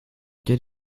quel